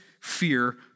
fear